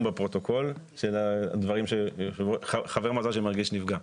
בפרוטוקול של דברי חבר מועצה שמרגיש נפגע.